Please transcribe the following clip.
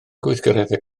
gweithgareddau